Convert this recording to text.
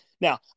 Now